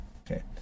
Okay